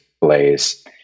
Blaze